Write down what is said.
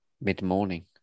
mid-morning